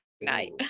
night